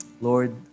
Lord